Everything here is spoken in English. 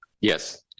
Yes